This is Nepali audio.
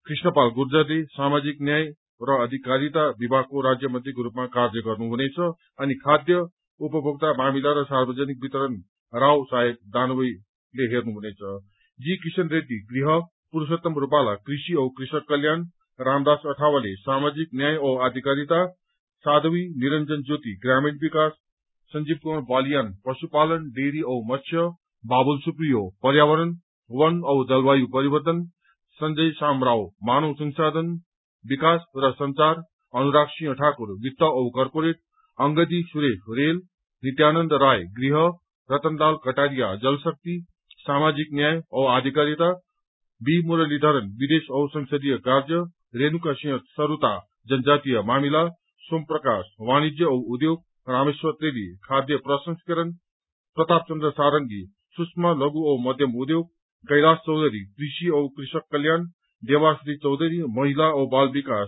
कृष्णपाल गुर्जरले सामाजिक न्याय र आधिकारिता विमागको राज्य मन्त्रीको रूपमा कार्य गर्नुहुनेछ अनि खाद्य उपभोक्ता मामिला र सार्वजनिक वितरण राज साहब दानवे जी किशन रेड्डी गृह पुरूषोत्तम रूपाला कृषि औ कृषक कल्याण रामदास अठावले सामाजिक न्याय औ आधिकारिता साध्वी निरंजन ज्योतिग्रामी विकास संजिव कुमार बालियान पशुपालन डेरी औ मत्स्य बाबुल सुप्रियो पर्यावरण वन औ जलवायु परिवर्तन संजय शामराव मानव संशाधन विकास र संचार अनुराग सिंह ठाकुर वित्त औ कर्पोरेट अंगदी सुरेश रेल नित्यानन्द राय गृह रतनलाल कटारिया जलशक्ति सामाजिक न्याय औ आधिकारिता भी मुरलीघरन विदेश औ संसदीय कार्य रेणुका सिंह सरूता जनजातीय मामिला सोमप्रकाश वाणिज्य औ उद्योग रामेश्वर तेली खाद्य प्रसंस्करण प्रताप चन्द्र सारंगी सूक्ष्म लघु औ मध्यम उद्योग कैलाश चौधरी कृषि औ कृषक कल्याण देवाश्री चौधरी महिला औ बाल विकास